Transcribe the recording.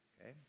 okay